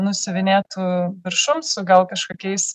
nusiuvinėtu viršum su gal kažkokiais